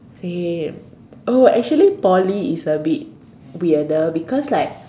same oh actually Poly is a bit weirder because like